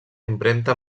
impremta